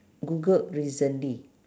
googled recently